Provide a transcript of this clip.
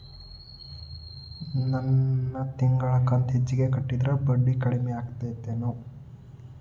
ನನ್ ತಿಂಗಳ ಕಂತ ಹೆಚ್ಚಿಗೆ ಕಟ್ಟಿದ್ರ ಬಡ್ಡಿ ಕಡಿಮಿ ಆಕ್ಕೆತೇನು?